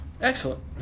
Excellent